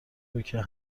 روکه